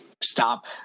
stop